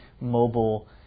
mobile